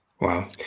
Wow